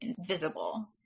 Invisible